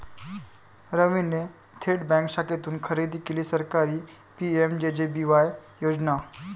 रवीने थेट बँक शाखेतून खरेदी केली सरकारची पी.एम.जे.जे.बी.वाय योजना